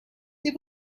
they